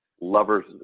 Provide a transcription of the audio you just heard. lovers